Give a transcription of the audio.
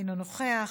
אינו נוכח,